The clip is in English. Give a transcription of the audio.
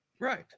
Right